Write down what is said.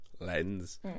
lens